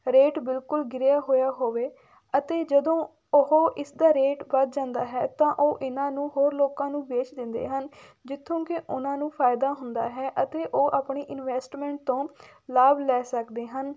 rate ਬਿਲਕੁਲ ਗਿਰਿਆ ਹੋਇਆ ਹੋਵੇ ਅਤੇ ਜਦੋਂ ਉਹ ਇਸ ਦਾ ਰੇਟ ਵਧ ਜਾਂਦਾ ਹੈ ਤਾਂ ਉਹ ਇਹਨਾਂ ਨੂੰ ਹੋਰ ਲੋਕਾਂ ਨੂੰ ਵੇਚ ਦਿੰਦੇ ਹਨ ਜਿੱਥੋਂ ਕਿ ਉਹਨਾਂ ਨੂੰ ਫਾਇਦਾ ਹੁੰਦਾ ਹੈ ਅਤੇ ਉਹ ਆਪਣੀ ਇਨਵੈਸਟਮੈਂਟ ਤੋਂ ਲਾਭ ਲੈ ਸਕਦੇ ਹਨ